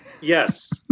Yes